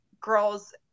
girls